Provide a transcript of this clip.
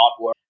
artwork